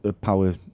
power